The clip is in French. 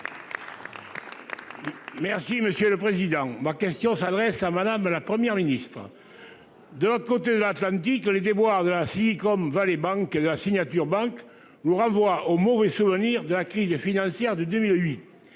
Merci monsieur le président, ma question s'adresse à Madame, la Première ministre. De l'autre côté de l'Atlantique, les déboires de la si comme Valley Bank la signature banque nous renvoie au mauvais souvenir de la crise financière de 2008.